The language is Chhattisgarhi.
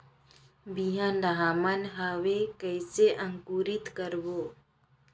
बिहान ला हमन हवे कइसे अंकुरित करबो?